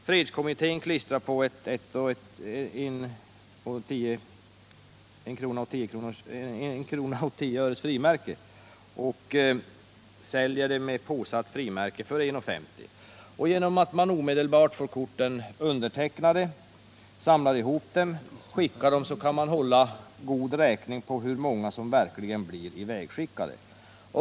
Fredskommittén klistrar på ett frimärke för 1:10 kr. och säljer kortet med påsatt frimärke för 1:50 kr. Genom att man omedelbart får korten undertecknade och samlar ihop och skickar iväg dem, kan man hålla räkning på hur många kort som verkligen blir ivägskickade.